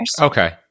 Okay